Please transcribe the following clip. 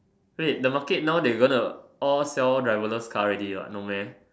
wait the market now they going to all sell driverless car already what no meh